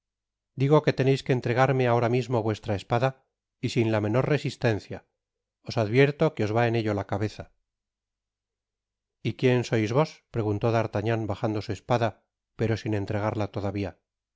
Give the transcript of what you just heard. digo que teneis que entregarme ahora mismo vuestra espada y sin la menor resistencia os advierto que os va en ello la cabeza y quién sois vos preguntó d'artagnan bajando su espada pero sin entregarla todavia